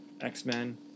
X-Men